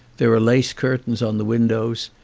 there are lace curtains on the windows.